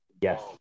Yes